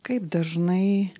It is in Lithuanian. kaip dažnai